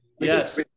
yes